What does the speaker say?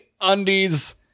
undies